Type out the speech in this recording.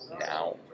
now